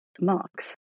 marks